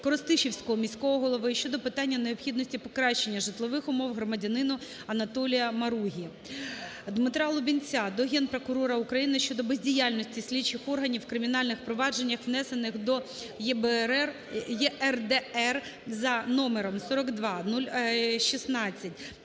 Коростишівського міського голови щодо питання необхідності покращення житлових умов громадянину Анатолія Моругі. Дмитра Лубінця до Генпрокурора України щодо бездіяльності слідчих органів в кримінальних провадженнях, внесених до ЄРДР за №